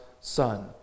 son